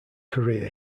career